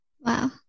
Wow